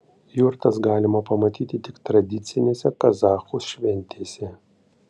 jurtas galima pamatyti tik tradicinėse kazachų šventėse